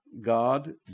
God